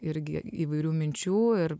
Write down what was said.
irgi įvairių minčių ir